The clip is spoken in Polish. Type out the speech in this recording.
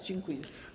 Dziękuję.